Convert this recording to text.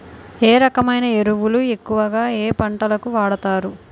ఏ రకమైన ఎరువులు ఎక్కువుగా ఏ పంటలకు వాడతారు?